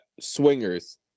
swingers